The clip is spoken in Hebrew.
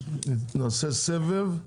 נעשה סבב,